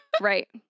Right